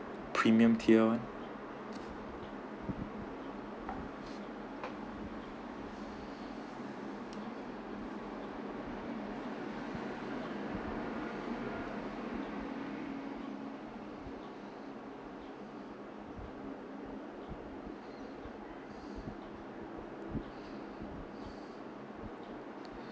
premium tier one